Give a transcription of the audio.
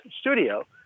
studio